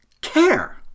care